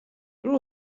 there